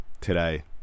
today